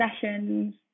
sessions